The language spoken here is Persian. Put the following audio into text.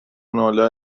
ناله